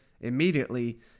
immediately